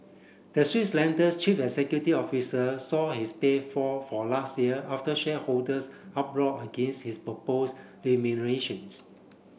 the Swiss lender's chief executive officer saw his pay fall for last year after shareholders uproar against his proposed remuneration